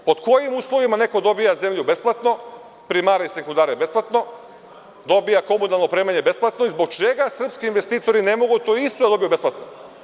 Pod kojim uslovima neko dobija zemlju besplatno, primare i sekundare besplatno, dobija komunalno opremanje besplatno i zbog čega srpski investitori ne mogu to isto da dobiju besplatno?